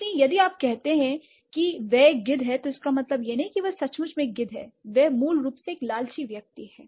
इसलिए यदि आप कहते हैं कि वह एक गिद्ध है तो इसका मतलब यह नहीं है कि वह सचमुच एक गिद्ध है वह मूल रूप से एक लालची व्यक्ति है